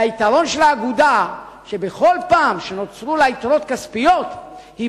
היתרון של האגודה הוא שבכל פעם שנוצרו לה יתרות כספיות היא